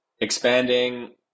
expanding